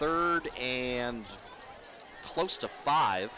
third and close to five